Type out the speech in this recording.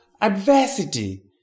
adversity